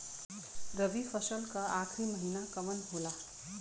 रवि फसल क आखरी महीना कवन होला?